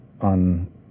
on